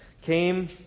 came